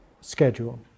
schedule